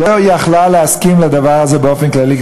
לא יכול היה להסכים לדבר הזה באופן כללי,